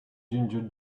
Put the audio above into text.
ginger